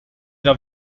era